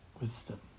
Wisdom